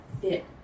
fit